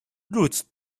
routes